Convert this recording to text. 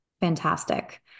Fantastic